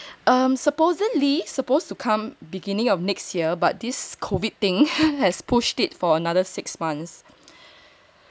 um supposedly supposed to come beginning of next year but this COVID thing has pushed it for another six months